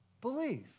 Belief